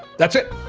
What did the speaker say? that's it.